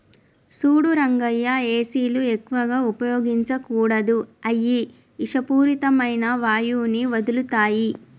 సూడు రంగయ్య ఏసీలు ఎక్కువగా ఉపయోగించకూడదు అయ్యి ఇషపూరితమైన వాయువుని వదులుతాయి